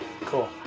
Cool